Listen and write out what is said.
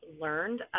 learned